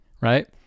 right